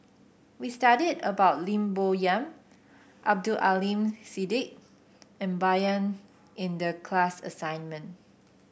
we studied about Lim Bo Yam Abdul Aleem Siddique and Bai Yan in the class assignment